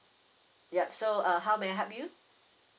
ya so uh how may I help you